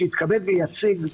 שיתכבד ויציג,